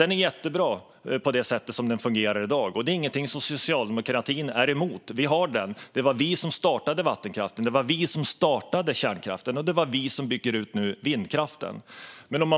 Den är jättebra som den fungerar i dag, och detta är ingenting som socialdemokratin är emot. Vi har den. Det var vi som startade vattenkraften. Det var vi som startade kärnkraften. Det är också vi som nu bygger ut vindkraften.